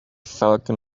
falcon